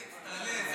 אלכס, תעלה.